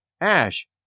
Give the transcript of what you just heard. ash